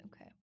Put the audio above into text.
Okay